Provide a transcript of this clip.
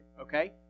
okay